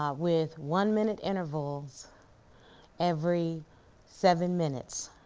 um with one-minute intervals every seven minutes